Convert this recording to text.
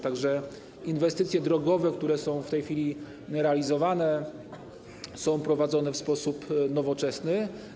Tak że inwestycje drogowe, które są w tej chwili realizowane, są prowadzone w sposób nowoczesny.